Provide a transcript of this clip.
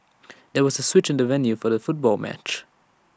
there was A switch in the venue for the football match